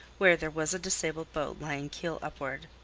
where there was a disabled boat lying keel upward.